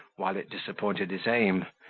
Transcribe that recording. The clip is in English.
while it disappointed his aim,